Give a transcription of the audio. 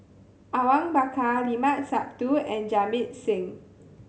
Awang Bakar Limat Sabtu and Jamit Singh